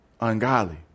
ungodly